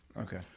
Okay